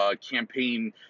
campaign